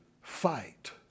fight